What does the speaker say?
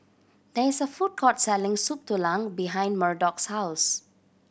there is a food court selling Soup Tulang behind Murdock's house